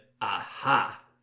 aha